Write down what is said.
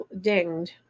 dinged